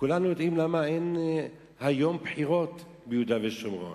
כולנו יודעים למה אין היום בחירות ביהודה ושומרון,